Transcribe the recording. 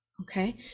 Okay